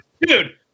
Dude